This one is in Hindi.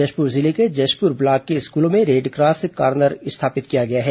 जशपुर जिले के जशपुर ब्लॉक के स्कूलों में रेडक्रास कॉर्नर स्थापित किया गया है